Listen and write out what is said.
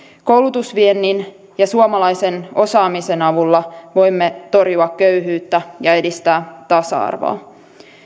koulutusviennin ja suomalaisen osaamisen avulla voimme torjua köyhyyttä ja edistää tasa arvoa